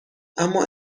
اما